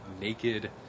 naked